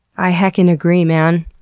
i heckin' agree, man!